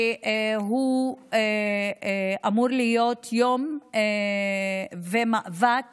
שאמור להיות של כולנו ומאבק